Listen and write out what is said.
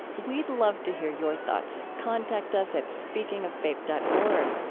we'd love to hear your thoughts. contact us at speakingoffaith dot org.